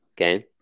Okay